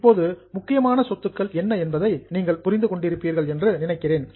இப்போது முக்கியமான சொத்துக்கள் என்ன என்பதை நீங்கள் புரிந்து கொண்டிருப்பீர்கள் என்று நினைக்கிறேன்